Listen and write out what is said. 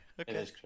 okay